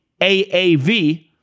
AAV